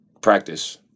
practice